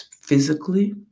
physically